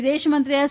વિદેશમંત્રી એસ